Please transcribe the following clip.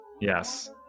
Yes